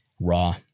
Raw